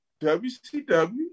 WCW